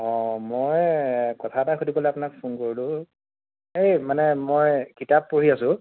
অঁ মই কথা এটা সুধিবলৈ আপোনাক ফোন কৰিলোঁ এই মানে মই কিতাপ পঢ়ি আছোঁ